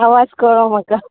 आवाज कळ्ळो म्हाका